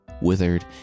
withered